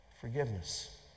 Forgiveness